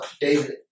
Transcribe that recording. David